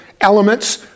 elements